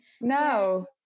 No